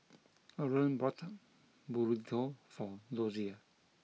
Loren bought Burrito for Dozier